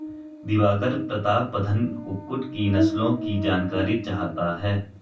दिवाकर प्रतापधन कुक्कुट की नस्लों की जानकारी चाहता है